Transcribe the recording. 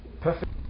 perfect